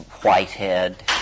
Whitehead